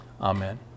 amen